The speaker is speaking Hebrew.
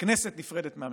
הכנסת נפרדת מהממשלה.